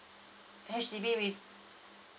H_D_B we